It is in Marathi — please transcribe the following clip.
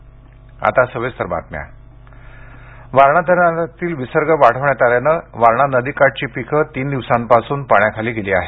पाऊस वारणा धरणातील विसर्ग वाढविण्यात आल्यानं वारणा नदीकाठची पिके तीन दिवसापासून पाण्याखाली गेली आहेत